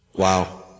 wow